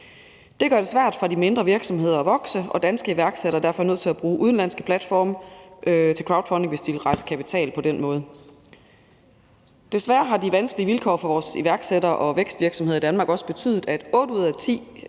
Det gør det svært for de mindre virksomheder at vokse, og danske iværksættere er derfor nødt til at bruge udenlandske platforme til crowdfunding, hvis de vil rejse kapital på den måde. Desværre har de vanskelige vilkår for vores iværksættere og vækstvirksomheder i Danmark også betydet, at otte ud af ti